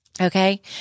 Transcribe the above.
Okay